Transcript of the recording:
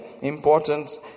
important